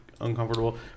uncomfortable